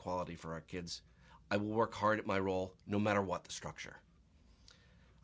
quality for our kids i work hard at my role no matter what the structure